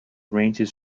ranges